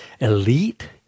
elite